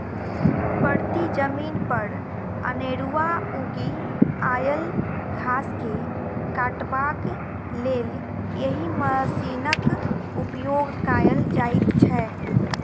परती जमीन पर अनेरूआ उगि आयल घास के काटबाक लेल एहि मशीनक उपयोग कयल जाइत छै